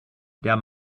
der